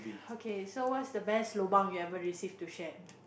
okay so what's the best lobang you ever received to shared